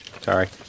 Sorry